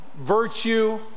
virtue